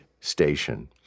station